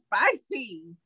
spicy